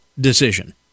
decision